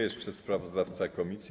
Jeszcze sprawozdawca komisji.